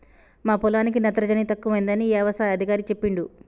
మా పొలానికి నత్రజని తక్కువైందని యవసాయ అధికారి చెప్పిండు